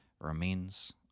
remains